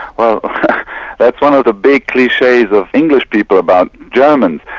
well that's one of the big cliches of english people about germans.